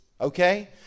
okay